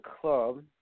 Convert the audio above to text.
club